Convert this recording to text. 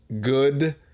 good